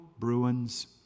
Bruins